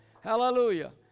Hallelujah